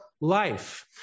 life